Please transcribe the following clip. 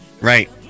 Right